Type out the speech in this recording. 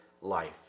life